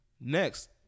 Next